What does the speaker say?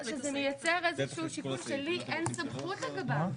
שזה מייצר איזה שהוא שיקול שלי אין סמכות לגביו.